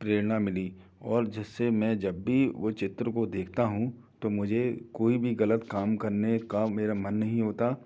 प्रेरणा मिली और जिससे मैं जब भी वो चित्र देखता हूँ तो मुझे कोई भी गलत काम करने का मेरा मन नहीं होता